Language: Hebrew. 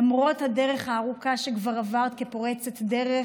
למרות הדרך הארוכה שכבר עברת כפורצת דרך